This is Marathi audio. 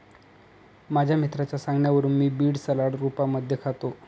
माझ्या मित्राच्या सांगण्यावरून मी बीड सलाड रूपामध्ये खातो